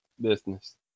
business